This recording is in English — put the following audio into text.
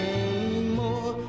anymore